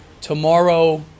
tomorrow